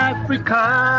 Africa